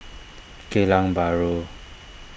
Geylang Bahru